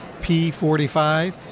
P45